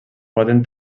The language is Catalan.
poden